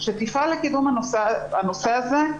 שתפעל לקידום הנושא הזה,